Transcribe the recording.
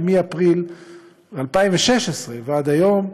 ומאפריל 2016 ועד היום,